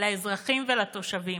לאזרחים ולתושבים.